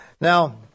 Now